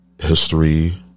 History